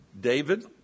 David